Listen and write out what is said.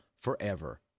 forever